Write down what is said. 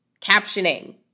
captioning